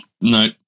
No